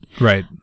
Right